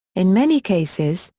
in many cases,